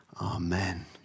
amen